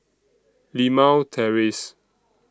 Limau Terrace